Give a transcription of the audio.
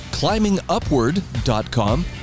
climbingupward.com